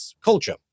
culture